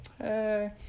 hey